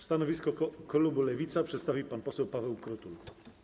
Stanowisko klubu Lewica przedstawi pan poseł Paweł Krutul.